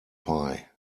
pie